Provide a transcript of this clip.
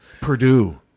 Purdue